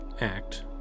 act